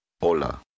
Hola